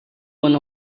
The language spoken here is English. one